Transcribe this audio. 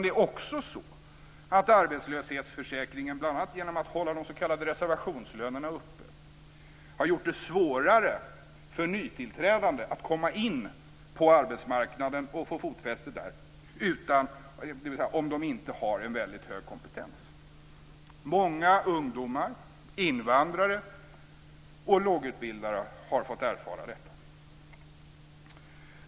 Det är också så att arbetslöshetsförsäkringen, bl.a. genom att hålla de s.k. reservationslönerna uppe, har gjort det svårare för nytillträdande att komma in på arbetsmarknaden och få fotfäste där om de inte har en väldigt hög kompetens. Många ungdomar, invandrare och lågutbildade har fått erfara detta.